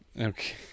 Okay